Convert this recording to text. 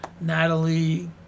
Natalie